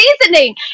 seasoning